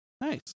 Nice